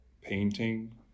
painting